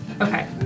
Okay